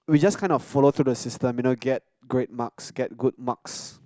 we just kind of follow to the system you know get great marks get good marks